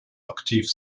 aktiv